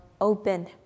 open